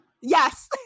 Yes